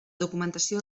documentació